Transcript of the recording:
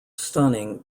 stunning